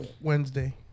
Wednesday